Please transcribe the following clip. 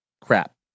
crap